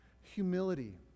humility